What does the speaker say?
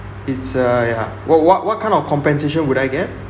it's a ya wh~ what what kind of compensation would I get